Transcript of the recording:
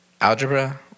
algebra